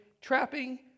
trapping